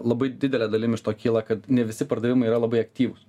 labai didele dalim iš to kyla kad ne visi pardavimai yra labai aktyvūs